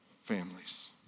families